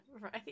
Right